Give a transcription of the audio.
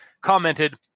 commented